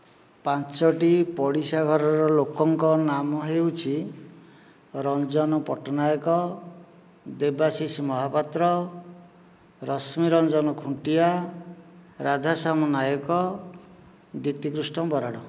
ପାଞ୍ଚଟି ପଡ଼ିଶା ଘରର ଲୋକଙ୍କ ନାମ ହେଉଛି ରଞ୍ଜନ ପଟ୍ଟନାୟକ ଦେବାଶିଷ ମହାପାତ୍ର ରଶ୍ମି ରଞ୍ଜନ ଖୁଣ୍ଟିଆ ରାଧାଶ୍ୟାମ ନାୟକ ଦ୍ୱିତିକୃଷ୍ଣ ବରାଡ଼